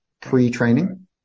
pre-training